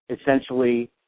essentially